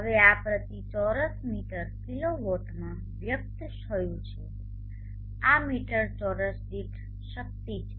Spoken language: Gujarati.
હવે આ પ્રતિ ચોરસ મીટર કિલોવોટમાં વ્યક્ત થયું છે આ મીટર ચોરસ દીઠ શક્તિ છે